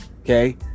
Okay